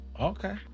Okay